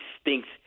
stinks